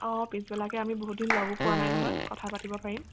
অঁ পিছবেলাকৈ আমি বহুত দিন লগো পোৱা নাই নহয় কথা পাতিব পাৰিম